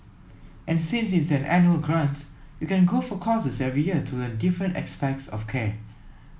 and since it's an annual grant you can go for courses every year to learn different aspects of care